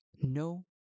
No